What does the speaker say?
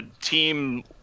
Team